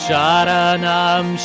Sharanam